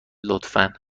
لطفا